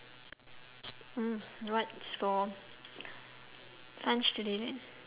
mm what's for lunch today